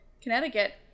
Connecticut